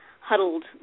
huddled